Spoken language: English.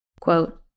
quote